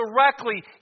directly